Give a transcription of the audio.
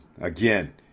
Again